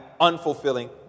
unfulfilling